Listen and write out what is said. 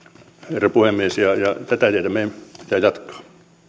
herra puhemies ja ja tätä tietä meidän pitää jatkaa